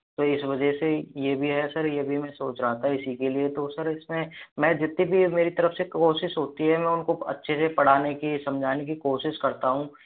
तो इस वजह से यह भी है सर यह भी मैं सोच रहा था इसी के लिए तो सर इसमें मैं जितनी भी मेरी तरफ से कोशिश होती है मैं उनको अच्छे से पढ़ाने की समझाने की कोशिश करता हूँ